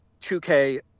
2k